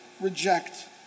reject